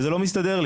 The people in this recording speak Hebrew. וזה לא מסתדר לי,